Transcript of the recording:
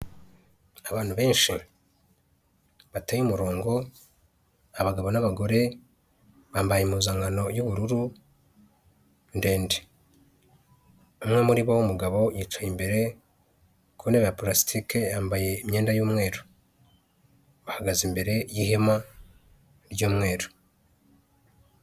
Abantu benshi batoye umurongo, abagabo n'abagore, bambaye impuzankano y'ubururu ndende, umwe muri bo w'umugabo yicaye imbere ku ntebe ya parasitike, yambaye imyenda y'umweru, bahagaze imbere y'ihema ry'umweru.